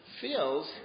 feels